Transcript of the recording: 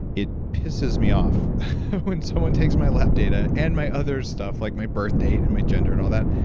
it pisses me off when someone takes my lab data and my other stuff like my birth date, and my gender, and all that,